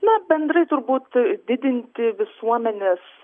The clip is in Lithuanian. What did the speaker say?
na bendrai turbūt didinti visuomenės